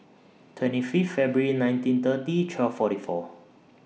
twenty Fifth February nineteen thirty twelve forty four